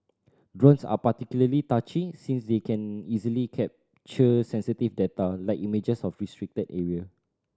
drones are particularly touchy since they can easily capture sensitive data like images of restricted area